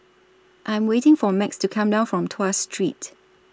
I'm waiting For Max to Come Back from Tuas Street